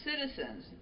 citizens